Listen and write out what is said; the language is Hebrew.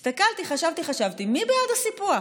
הסתכלתי, חשבתי וחשבתי, מי בעד הסיפוח?